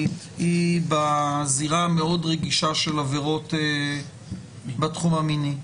היא בזירה המאוד רגישה של עבירות בתחום המיני.